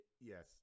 Yes